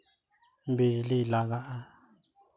ᱵᱤᱡᱽᱞᱤ ᱞᱟᱜᱟᱜᱼᱟ